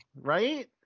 right